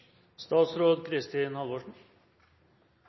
statsråd Halvorsen.